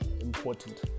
important